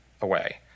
away